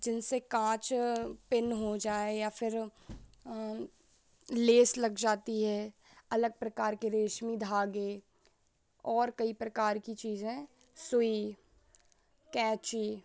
जिनसे काँच पिन हो जाए या फिर लेस लग जाती है अलग प्रकार के रेशमी धागे और कई प्रकार की चीज़ें सुई कैँची